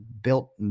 built